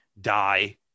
die